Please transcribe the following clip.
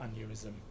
aneurysm